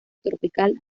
tropical